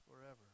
forever